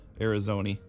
Arizona